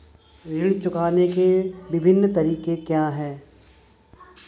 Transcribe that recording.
ऋण चुकाने के विभिन्न तरीके क्या हैं?